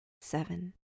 seven